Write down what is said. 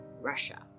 Russia